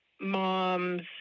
mom's